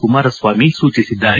ಕುಮಾರಸ್ವಾಮಿ ಸೂಚಿಸಿದ್ದಾರೆ